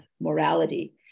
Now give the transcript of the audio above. morality